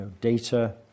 data